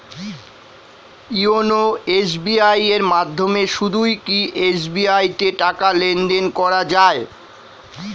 YONO SBI এর মাধ্যমে শুধুই কি এস.বি.আই তে টাকা লেনদেন করা যায়?